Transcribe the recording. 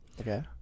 Okay